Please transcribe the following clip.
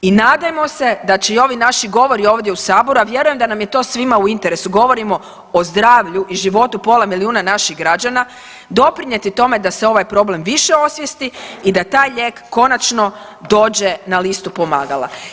I nadajmo se da će i ovi naši govori ovdje u Saboru, a vjerujem da nam je to svima u interesu, govorimo o zdravlju i životu pola milijuna naših građana doprinijeti tome da se ovaj problem više osvijesti i da ta lijek konačno dođe na listu pomagala.